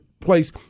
Place